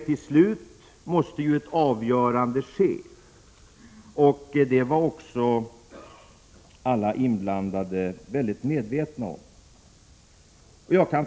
Till slut måste det bli ett avgörande, och det var alla inblandade också medvetna om.